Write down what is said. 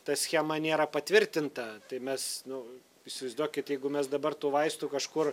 ta schema nėra patvirtinta tai mes nu įsivaizduokit jeigu mes dabar tų vaistų kažkur